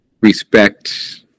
respect